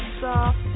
soft